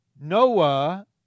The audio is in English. Noah